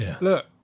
look